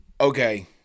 Okay